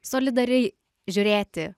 solidariai žiūrėti